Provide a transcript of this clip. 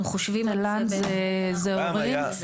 תל"ן זה הורים.